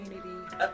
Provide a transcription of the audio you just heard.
community